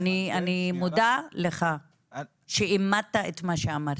אני מודה לך שאימתת את מה שאמרתי.